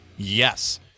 Yes